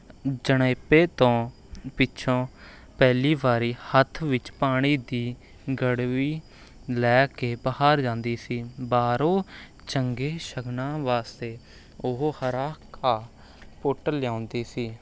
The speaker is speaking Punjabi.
ਜਣੇਪੇ ਤੋਂ ਪਿੱਛੋਂ ਪਹਿਲੀ ਵਾਰੀ ਹੱਥ ਵਿੱਚ ਪਾਣੀ ਦੀ ਗੜਵੀ ਲੈ ਕੇ ਬਾਹਰ ਜਾਂਦੀ ਸੀ ਬਾਹਰੋਂ ਚੰਗੇ ਸ਼ਗਨਾਂ ਵਾਸਤੇ ਉਹ ਹਰਾ ਘਾਹ ਪੁੱਟ ਲਿਆਉਂਦੀ ਸੀ